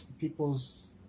people's